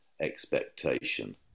expectation